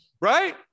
right